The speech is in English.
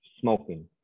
smoking